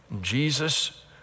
Jesus